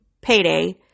payday